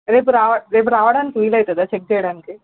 రేపు రావ రేపు రావడానికి వీలు అవుతుందా చెక్ చేయడానికి